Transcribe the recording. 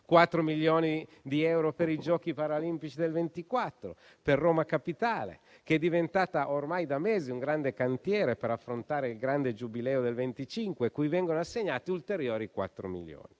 milioni di euro per i Giochi paralimpici del 2024; a Roma Capitale che è diventata ormai da mesi un grande cantiere per affrontare il grande Giubileo del 2025, vengono assegnati ulteriori quattro milioni.